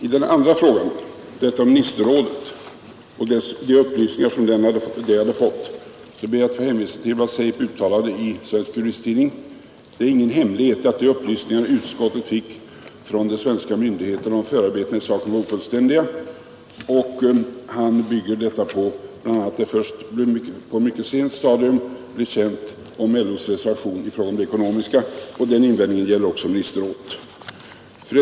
I den andra frågan, den om ministerrådet och de upplysningar det hade fått, ber jag att få hänvisa till vad Seip uttalade i Svensk Nr 106 Fredagen den från de svenska myndigheterna om förarbetena i saken var ofullständiga. I juni 1973 — Han bygger detta uttalande bl.a. på att LO:s reservation beträffande Juristtidning: Det är ingen hemlighet att de upplysningar utskottet fick —— de ekonomiska frågorna blev känd först på ett mycket sent stadium.